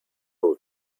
poor